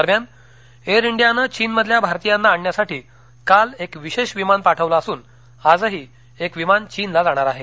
दरम्यान एअर इंडियानं चीनमधल्या भारतीयांना आणण्यासाठी काल एक विशेष विमान पाठवलं असून आजही एक विमान चीनला जाणार आहे